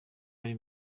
wari